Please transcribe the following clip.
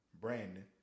Brandon